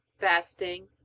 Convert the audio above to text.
fasting,